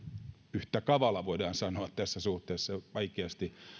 yhtä kavala voidaan sanoa tässä suhteessa vaikeasti